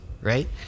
right